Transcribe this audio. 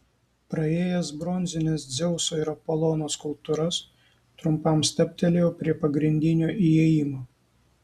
praėjęs bronzines dzeuso ir apolono skulptūras trumpam stabtelėjau prie pagrindinio įėjimo